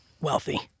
wealthy